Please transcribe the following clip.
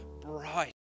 bright